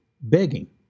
begging